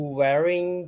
wearing